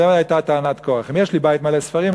זו הייתה טענת קורח: אם יש לי בית מלא ספרים,